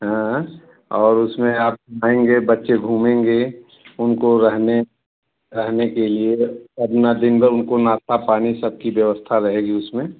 हाँ और उसमें आप रहेंगे बच्चे घूमेंगे उनको रहने रहने के लिए अपना दिन भर उनको नाश्ता पानी सबकी व्यवस्था रहेगी उसमें